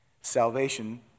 salvation